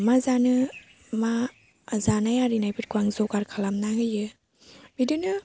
मा जानो मा जानाय आरिनायफोरखौ आं जगार खालामना होयो बिदिनो